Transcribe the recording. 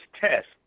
test